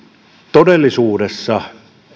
todellisuudessa